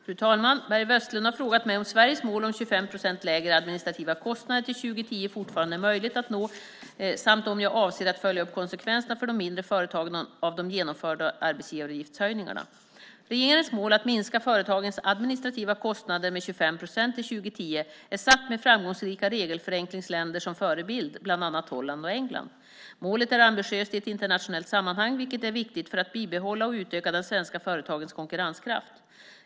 Fru talman! Börje Vestlund har frågat mig om Sveriges mål om 25 procent lägre administrativa kostnader till 2010 fortfarande är möjligt att nå samt om jag avser att följa upp konsekvenserna för de mindre företagen av de genomförda arbetsgivaravgiftshöjningarna. Regeringens mål att minska företagens administrativa kostnader med 25 procent till 2010 är satt med framgångsrika regelförenklingsländer som förebild, bland annat Holland och England. Målet är ambitiöst i ett internationellt sammanhang, vilket är viktigt för att bibehålla och utöka de svenska företagens konkurrenskraft.